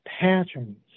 patterns